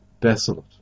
desolate